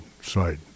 side